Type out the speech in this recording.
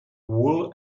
wool